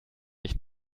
ich